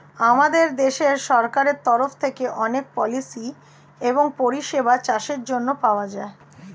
আমাদের দেশের সরকারের তরফ থেকে অনেক পলিসি এবং পরিষেবা চাষের জন্যে পাওয়া যায়